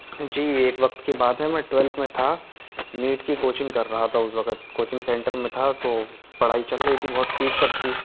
جی ایک وقت کی بات ہے میں ٹوئلتھ میں تھا نیٹ کی کوچنگ کر رہا تھا اس وقت کوچنگ سنٹر میں تھا تو پڑھائی چل رہی تھی بہت پیک پر تھی